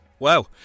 Wow